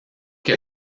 que